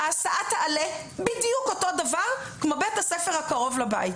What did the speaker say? ההסעה תעלה בדיוק אותו דבר כמו בית הספר הקרוב לבית